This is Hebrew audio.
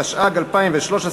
התשע"ג 2013,